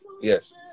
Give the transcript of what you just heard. Yes